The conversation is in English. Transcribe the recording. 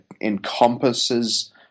encompasses